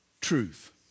truth